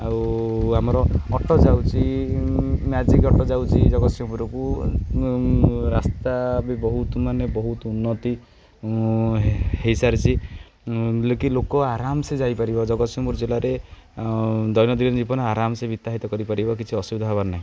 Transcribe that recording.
ଆଉ ଆମର ଅଟୋ ଯାଉଛି ମ୍ୟାଜିକ୍ ଅଟୋ ଯାଉଛି ଜଗତସିଂହପୁରକୁ ରାସ୍ତା ବି ବହୁତ ମାନେ ବହୁତ ଉନ୍ନତି ହୋଇସାରିଛି ଜଣେ ଲୋକ ଆରାମସେ ଯାଇପାରିବ ଜଗତସିଂହପୁର ଜିଲ୍ଲାରେ ଦୈନନ୍ଦିନ ଜୀବନ ଆରାମସେ ଅତିବାହିତ କରିପାରିବ କିଛି ଅସୁବିଧା ହେବାର ନାହିଁ